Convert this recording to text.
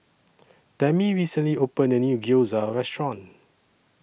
Tami recently opened A New Gyoza Restaurant